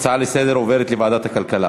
ההצעה לסדר-היום עוברת לוועדת הכלכלה.